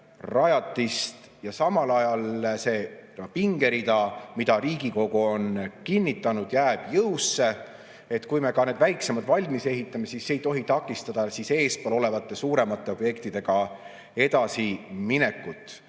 kultuurirajatist, samal ajal kui see pingerida, mille Riigikogu on kinnitanud, jääb jõusse. Kui me ka need väiksemad objektid valmis ehitame, siis see ei tohi takistada eespool olevate suuremate objektidega edasiminekut.